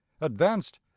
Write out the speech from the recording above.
advanced